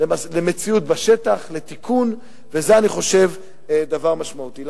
למציאות בשטח, לתיקון, ואני חושב שזה דבר משמעותי.